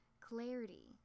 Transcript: clarity